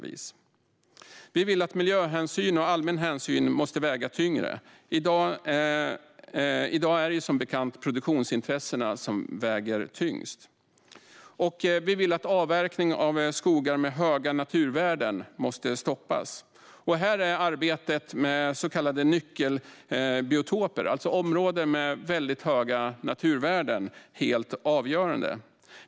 Vi anser att miljöhänsyn och allmän hänsyn måste väga tyngre. I dag är det som bekant produktionsintressena som väger tyngst. Vi anser att avverkning av skogar med höga naturvärden måste stoppas. Här är arbetet med så kallade nyckelbiotoper, alltså områden med mycket höga naturvärden, helt avgörande.